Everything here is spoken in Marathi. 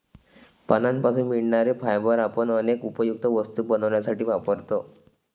पानांपासून मिळणारे फायबर आपण अनेक उपयुक्त वस्तू बनवण्यासाठी वापरतो